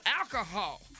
alcohol